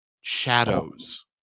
shadows